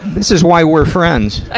this is why we're friends. ah